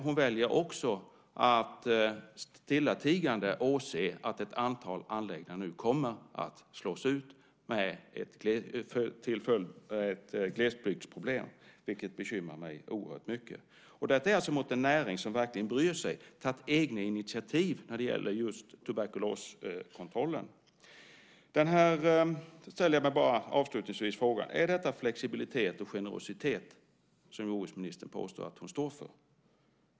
Hon väljer också att stillatigande åse att ett antal anläggningar nu kommer att slås ut. Det är ett glesbygdsproblem, vilket bekymrar mig oerhört mycket. Detta görs alltså mot en näring som verkligen bryr sig och som har tagit egna initiativ när det gäller just tuberkuloskontrollen. Jag ställer mig avslutningsvis frågan: Är detta flexibilitet och generositet, som jordbruksministern påstår att hon står för?